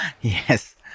Yes